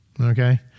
okay